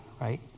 right